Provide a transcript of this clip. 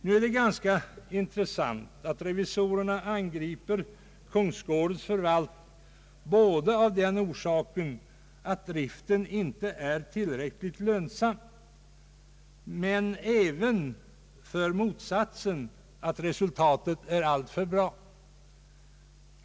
Nu är det ganska intressant att revisorerna angriper kungsgårdens förvaltning både för att driften inte är tillräckligt lönsam och för motsatsen, att resultatet är alltför bra.